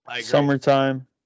Summertime